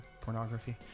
pornography